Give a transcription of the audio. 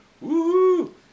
Woo-hoo